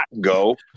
go